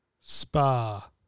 Spa